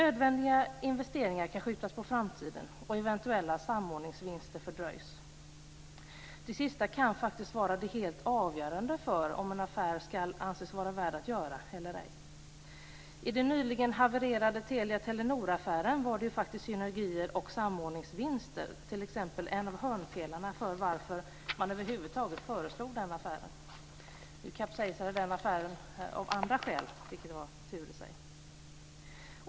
Nödvändiga investeringar kan skjutas på framtiden, och eventuella samordningsvinster fördröjs. Det sista kan faktiskt vara det helt avgörande för om en affär ska anses vara värd att göra eller ej. I den nyligen havererade Telia-Telenor-affären var faktiskt synergi och samordningsvinster t.ex. en av hörnpelarna för varför man över huvud taget föreslog denna affär.